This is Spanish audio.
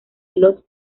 los